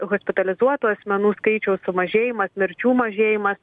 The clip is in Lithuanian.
hospitalizuotų asmenų skaičiaus sumažėjimas mirčių mažėjimas